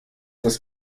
das